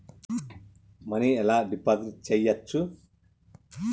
Money ఎలా deposit చేయచ్చు?